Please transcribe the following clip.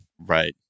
Right